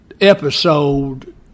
episode